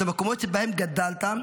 את המקומות שבהם גדלת,